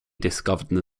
discovered